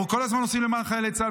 אנחנו כל הזמן עושים למען חיילי צה"ל,